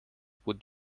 would